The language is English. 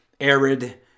arid